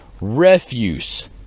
Refuse